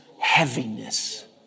heaviness